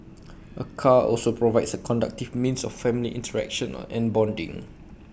A car also provides A conductive means of family interaction and bonding